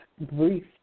brief